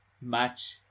match